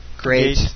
Great